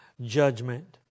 judgment